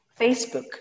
Facebook